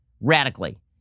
radically